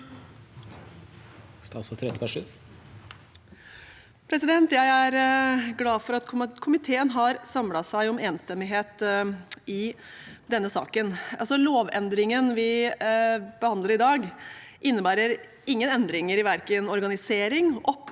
Jeg er glad for at komiteen har samlet seg om enstemmighet i denne saken. Lovendringen vi behandler i dag, innebærer ingen endringer i verken organisering, oppgaver